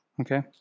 Okay